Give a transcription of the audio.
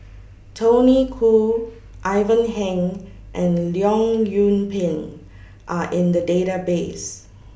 Tony Khoo Ivan Heng and Leong Yoon Pin Are in The Database